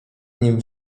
nim